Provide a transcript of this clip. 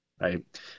right